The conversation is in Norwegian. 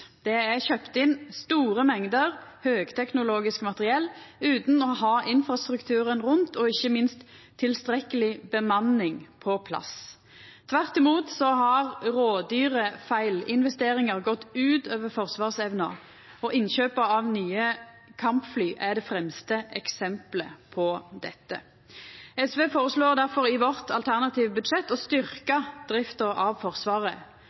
Det er kjøpt inn store mengder høgteknologisk materiell utan å ha infrastrukturen rundt og ikkje minst tilstrekkeleg bemanning på plass. Tvert imot har rådyre feilinvesteringar gått ut over forsvarsevna, og innkjøpet av nye kampfly er det fremste eksempelet på dette. SV føreslår difor i vårt alternative budsjett å styrkja drifta av Forsvaret.